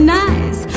nice